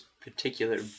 particular